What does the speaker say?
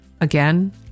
Again